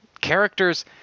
Characters